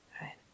right